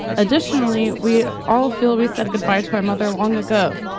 additionally, we all feel we said goodbye to our mother long ago.